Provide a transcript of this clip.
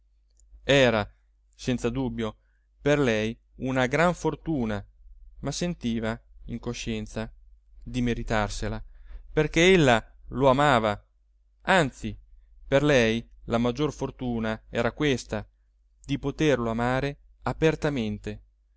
era senza dubbio per lei una gran fortuna ma sentiva in coscienza di meritarsela perché ella lo amava anzi per lei la maggior fortuna era questa di poterlo amare apertamente